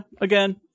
again